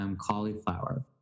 cauliflower